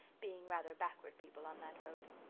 being rather backward people on that road.